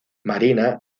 marina